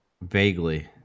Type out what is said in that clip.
vaguely